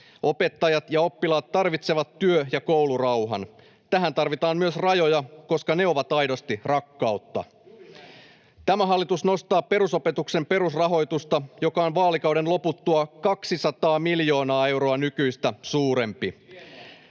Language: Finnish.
Opettajat ja oppilaat tarvitsevat työ- ja koulurauhan. Tähän tarvitaan myös rajoja, koska ne ovat aidosti rakkautta. Tämä hallitus nostaa perusopetuksen perusrahoitusta, joka on vaalikauden loputtua 200 miljoonaa euroa nykyistä suurempi.